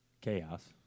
chaos